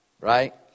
Right